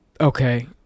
Okay